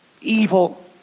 evil